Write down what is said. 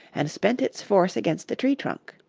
and spent its force against a tree-trunk.